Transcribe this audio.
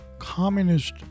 communist